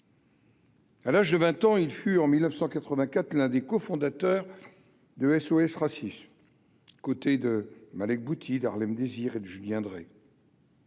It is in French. à l'âge de 20 ans il fut en 1984 l'un des co-fondateurs de SOS Racisme, côté de Malek Bouti d'Harlem Désir et Julien Dray.